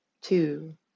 two